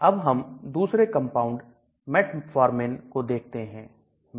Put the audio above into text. अब हम दूसरे कंपाउंड Metformin को देखते हैं